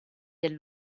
del